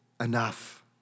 enough